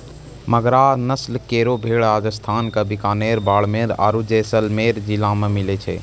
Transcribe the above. मगरा नस्ल केरो भेड़ राजस्थान क बीकानेर, बाड़मेर आरु जैसलमेर जिला मे मिलै छै